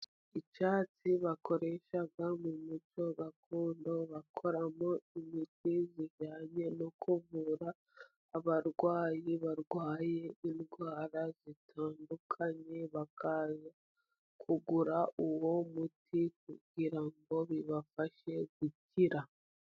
Icyatsi bakoresha mu muco gakondo, bakoramo imiti ijyanye no kuvura abarwayi barwaye indwara zitandukanye, bakaza kugura uwo muti kugira ngo bibafashe gukira.